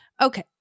Okay